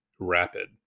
rapid